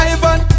Ivan